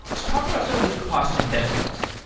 let's talk about some of those costs and benefits.